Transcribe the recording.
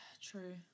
True